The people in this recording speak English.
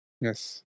Yes